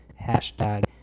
hashtag